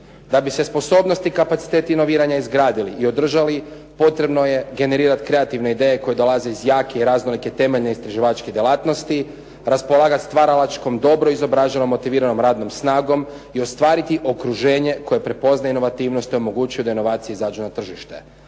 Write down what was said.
Da bi se sposobnost i kapacitet inoviranja izgradili i održali potrebno je generirati kreativne ideje koje dolaze iz jake i raznolike temeljne istraživačke djelatnosti, raspolagati stvaralačkom dobru …/Govorni se ne razumije./… motiviranom radnom snagom i ostvariti okruženje koje prepoznaje inovativnost i omogućuje da inovacije izađu na tržište.